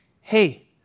Hey